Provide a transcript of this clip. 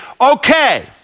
okay